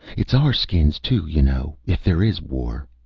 it's our skins too, you know, if there is war.